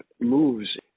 moves